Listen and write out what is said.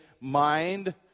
mind